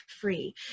free